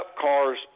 cars